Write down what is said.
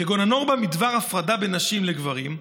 כגון הנורמה בדבר הפרדה בין נשים לגברים,